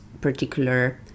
particular